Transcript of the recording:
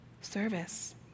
service